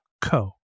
co